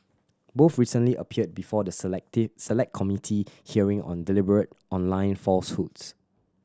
both recently appeared before the Selected Select Committee hearing on deliberate online falsehoods